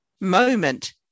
moment